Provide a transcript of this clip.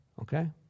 okay